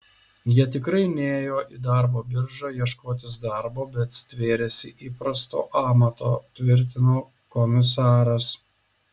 jie tikrai nėjo į darbo biržą ieškotis darbo bet stvėrėsi įprasto amato tvirtino komisaras